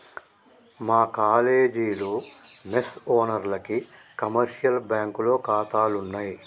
మా కాలేజీలో మెస్ ఓనర్లకి కమర్షియల్ బ్యాంకులో ఖాతాలున్నయ్